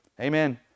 Amen